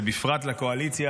ובפרט לקואליציה,